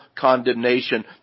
condemnation